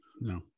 No